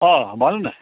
अँ भन न